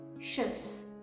shifts